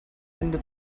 hände